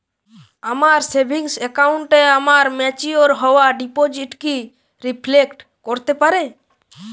আমার সেভিংস অ্যাকাউন্টে আমার ম্যাচিওর হওয়া ডিপোজিট কি রিফ্লেক্ট করতে পারে?